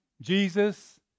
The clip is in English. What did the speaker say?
Jesus